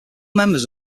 members